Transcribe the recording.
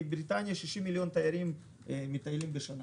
מבריטניה 60 מיליון תיירים מטיילים בעולם בשנה.